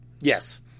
Yes